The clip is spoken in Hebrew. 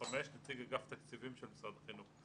נציג אגף תקציבים של משרד החינוך.